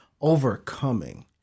overcoming